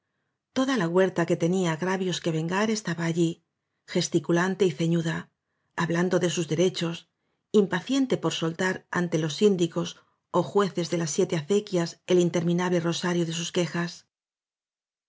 toda la huerta que tenía agravios que vengar estaba allí gesticulante y ceñuda ha blando de sus derechos impaciente por soltar ante los síndicos ó jueces de las siete acequias el interminable rosario de sus quejas